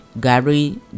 Gary